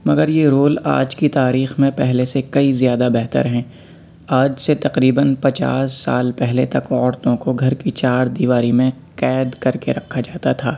مگر یہ رول آج کی تاریخ میں پہلے سے کئی زیادہ بہتر ہیں آج سے تقریباً پچاس سال پہلے تک عورتوں کو گھر کی چار دیواری میں قید کر کے رکھا جاتا تھا